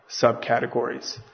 subcategories